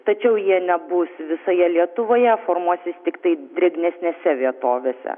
tačiau jie nebus visoje lietuvoje formuosis tiktai drėgnesnėse vietovėse